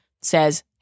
says